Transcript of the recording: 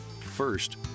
First